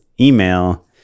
email